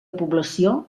població